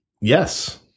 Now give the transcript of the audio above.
Yes